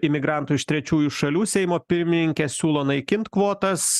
imigrantų iš trečiųjų šalių seimo pirmininkė siūlo naikint kvotas